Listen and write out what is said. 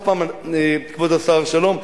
כבוד השר שלום,